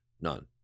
none